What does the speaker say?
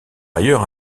ailleurs